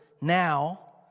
now